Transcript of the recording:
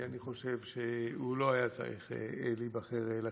כי אני חושב שהוא לא היה צריך להיבחר לכנסת,